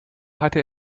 hatte